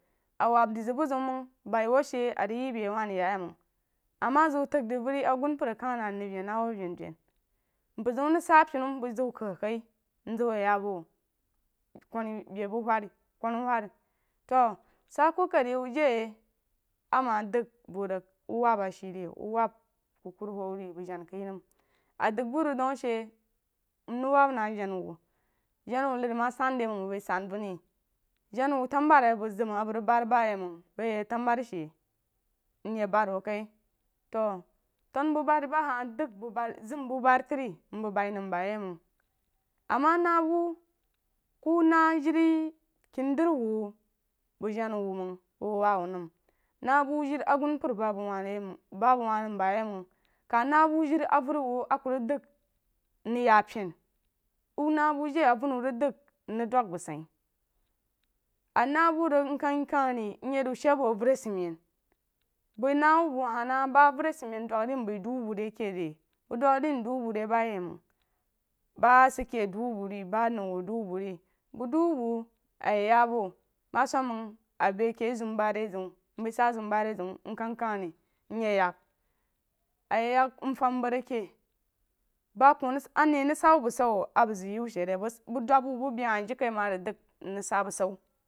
A wab dei zəng bu zeun məng bai wu a shi rig yeh be a wah rig ya yi məng ama ziu təng rig vəri gunampər rig kəm na mrig ven na wuh avenuen mpər zeun rig sah penu bəng zəng wu ye kagkai mzəng wu yi ya bu kuni be bu kuni wuri to sah kokori jai ama dəng bu rig wu wab a shi ri wu wab kukuru wheu ri bəng jang kah nəng a dəng bu rig dau a shi mrig wab na jana wu jana wu nari ma bəng bəi san vən ri ƙanubri a bəng zam a bəng rig bad ba yi məng bəng yek tanubari shi myek bad wuh kah to tanuburi ba hah dəng bubari zam bubari tari mbəng baí nəm ba yi məng ama na bu ku na jiri kenidri wu bəng jana wu məng bəng waa wu nəng məng na bu jiri a gəng mpər ba bəng nəng bayi məng kah na bu jiri avəri wu a ku rig dəng mrig ya pane wuh na bu jai awəi wu rig dəng mrig dəng məng sai a na bu ri mkəng kəng ri myi zu shee abu avəri a sid men bəng na wu bu hah na ba avəri a sid men dən ri mbəi du wu bu ri ke re iyəng dang ri mdu wu bu ri bayiməng ba sak ke du wu bu ri nəu wyh du wu bu ri bəng du wu bu a yi ya bu ma sum məng a be ke zam bari zeun bəi sa zam bari zeun mkan kan ri myi yak a yi yak mfam rəng ke ba ku a ni rig sah wu bushu a bəng zəng yi wu shi re bəng dub wu bu be hah jiri kai məng rig dəng mrig sah bushu.